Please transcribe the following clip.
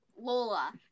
Lola